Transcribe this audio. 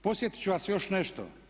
Podsjetit ću vas još nešto.